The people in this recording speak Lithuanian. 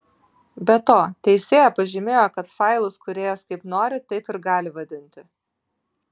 be to teisėja pažymėjo kad failus kūrėjas kaip nori taip ir gali vadinti